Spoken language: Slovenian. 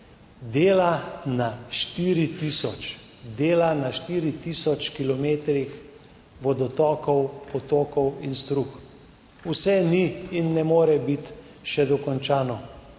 dela na 4 tisoč kilometrih vodotokov, potokov in strug. Vse ni in ne more biti še dokončano.